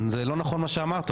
זה לא נכון מה שאמרת,